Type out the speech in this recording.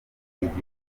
igihugu